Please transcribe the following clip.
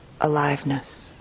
aliveness